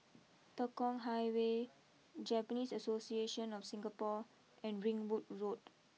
Tekong Highway Japanese Association of Singapore and Ringwood Road